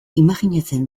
imajinatzen